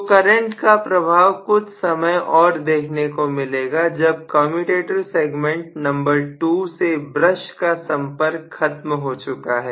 तो करंट का प्रभाव कुछ समय और देखने को मिलेगा जब कमेंटेटर सेगमेंट नंबर 2 से ब्रश का संपर्क खत्म हो चुका है